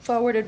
forwarded